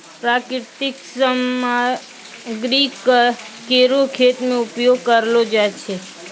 प्राकृतिक सामग्री केरो खेत मे उपयोग करलो जाय छै